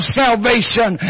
salvation